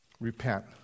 Repent